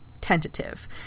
tentative